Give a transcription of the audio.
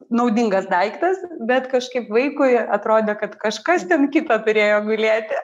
naudingas daiktas bet kažkaip vaikui atrodė kad kažkas ten kito turėjo gulėti